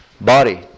body